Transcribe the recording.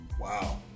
Wow